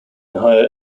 higher